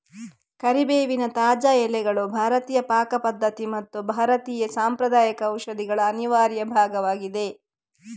ಕರಿಬೇವಿನ ತಾಜಾ ಎಲೆಗಳು ಭಾರತೀಯ ಪಾಕ ಪದ್ಧತಿ ಮತ್ತು ಭಾರತೀಯ ಸಾಂಪ್ರದಾಯಿಕ ಔಷಧಿಗಳ ಅನಿವಾರ್ಯ ಭಾಗವಾಗಿದೆ